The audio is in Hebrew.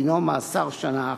דינו מאסר שנה אחת".